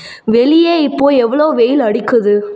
வெளியே இப்போ எவ்வளோ வெயில் அடிக்குது